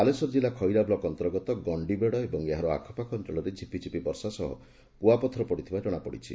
ବାଲେଶ୍ୱର ଜିଲ୍ଲା ଖଇରା ବ୍ଲକ୍ ଅନ୍ତର୍ଗତ ଗଣିବେଡ଼ ଏବଂ ଏହାର ଆଖପାଖ ଅଞ୍ଞଳରେ ଝିପିଝିପି ବର୍ଷା ସହ କୁଆପଥର ପଡିଥିବା ଜଶାପଡିଛି